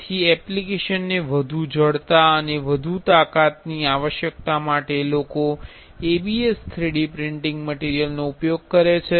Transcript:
તેથી એપ્લિકેશનને વધુ જડતા અને વધુ તાકાતની આવશ્યકતા માટે લોકો ABS 3D પ્રિન્ટીંગ મટીરિયલનો ઉપયોગ કરે છે